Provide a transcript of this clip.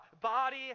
body